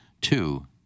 two